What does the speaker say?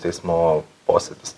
teismo posėdis